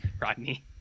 Rodney